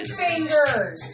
fingers